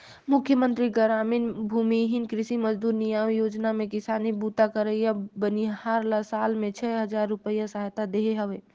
मुख्यमंतरी गरामीन भूमिहीन कृषि मजदूर नियाव योजना में किसानी बूता करइया बनिहार ल साल में छै हजार रूपिया सहायता देहे हवे